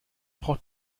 braucht